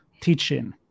teaching